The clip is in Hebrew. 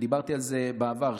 ודיברתי על זה בעבר,